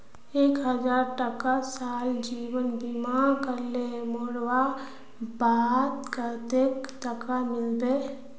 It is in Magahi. एक हजार टका साल जीवन बीमा करले मोरवार बाद कतेक टका मिलबे?